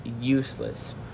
useless